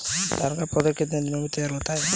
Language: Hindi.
धान का पौधा कितने दिनों में तैयार होता है?